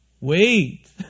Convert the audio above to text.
wait